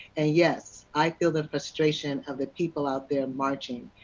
ah yes, i feel the frustration of the people out there marching.